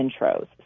intros